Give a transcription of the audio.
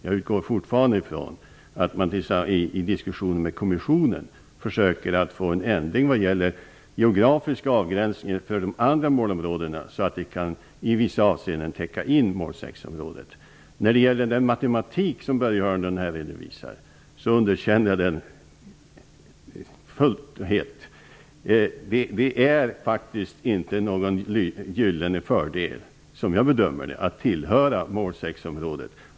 Jag utgår fortfarande ifrån att man i diskussioner med kommissionen försöker att få till stånd en ändring vad gäller geografiska avgränsningar för de andra målområdena, så att vi i vissa avseenden kan täcka in mål-6-området. Jag underkänner helt den matematik som Börje Hörnlund redovisar. Som jag bedömer det är det faktiskt inte någon gyllene fördel att tillhöra mål 6-området.